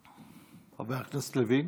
חבר הכנסת לוין,